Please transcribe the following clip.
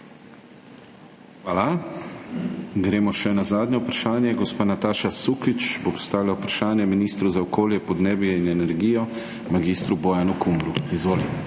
Hvala. Gremo še na zadnje vprašanje. Gospa Nataša Sukič bo postavila vprašanje ministru za okolje, podnebje in energijo mag. Bojanu Kumru. Izvoli.